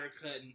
cutting